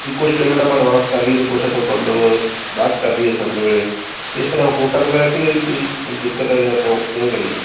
ਵੀ ਕੁਛ ਪੇਮੈਂਟ ਆਪਾਂ ਐਡਵਾਂਸ ਕਰ ਲਈਏ ਅਤੇ ਕੁਛ ਆਪਾਂ ਮਤਲਬ ਬਾਅਦ 'ਚ ਕਰ ਲਈਏ ਫਸਲ ਵੇਲੇ ਇਸ ਤਰ੍ਹਾਂ ਹੋ ਸਕਦਾ ਕਿ ਕੋਈ ਮਤਲਬ ਦਿੱਕਤ ਹੈ ਜਾਂ ਆਪਾਂ ਕਿਵੇਂ ਕਰੀਏ